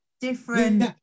different